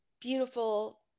beautiful